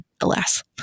alas